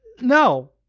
no